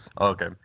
Okay